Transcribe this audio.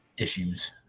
issues